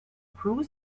bruce